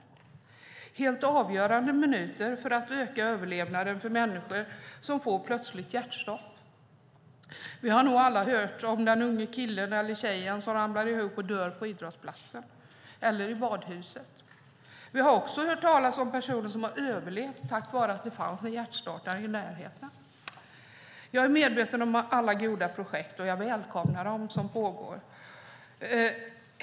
Det är helt avgörande minuter för att öka överlevnaden för människor som får plötsligt hjärtstopp. Vi har nog alla hört om den unge killen eller tjejen som ramlar ihop och dör på idrottsplatsen eller i badhuset. Vi har också hört talas om personer som har överlevt tack vare att det fanns en hjärtstartare i närheten. Jag är medveten om alla goda projekt, och jag välkomnar de som pågår.